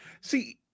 See